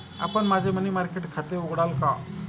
आपण माझे money market खाते उघडाल का?